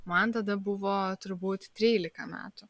man tada buvo turbūt trylika metų